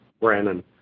Brandon